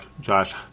Josh